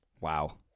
Wow